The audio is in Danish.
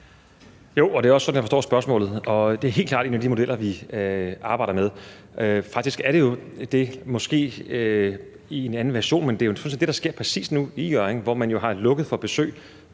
Jo, og det er også sådan, jeg forstår spørgsmålet. Det er helt klart en af de modeller, vi arbejder med. Faktisk er det fuldstændig det – måske i en anden version – der sker præcis nu i Hjørring, hvor man jo har lukket for besøg,